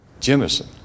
Jemison